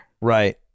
Right